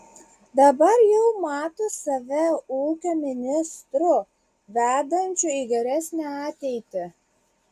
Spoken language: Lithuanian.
dabar jau mato save ūkio ministru vedančiu į geresnę ateitį